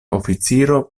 oficiro